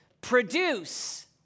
produce